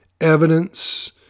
evidence